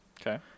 Okay